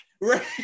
Right